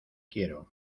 quiero